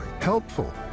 helpful